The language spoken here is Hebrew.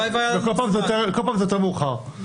ובכל פעם זה יותר מאוחר.